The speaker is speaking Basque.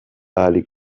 ahalik